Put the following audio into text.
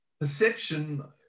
perception